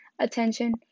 attention